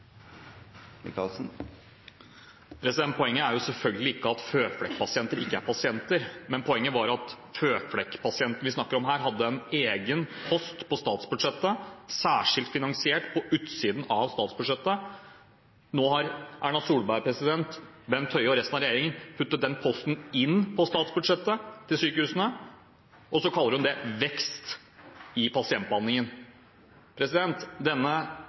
selvfølgelig ikke at føflekkreftpasienter ikke er pasienter. Poenget er at de føflekkreftpasientene vi snakker om her, hadde en egen post særskilt finansiert på utsiden av statsbudsjettet. Nå har Erna Solberg, Bent Høie og resten av regjeringen puttet den posten inn på statsbudsjettet til sykehusene, og så kaller hun det «vekst» i pasientbehandlingen. Denne